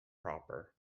proper